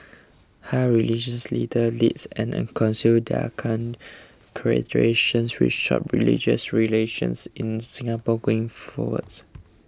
how religious leaders leads and counsel their congregations will shape religious relations in Singapore going forwards